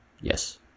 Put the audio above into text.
Yes